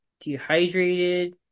dehydrated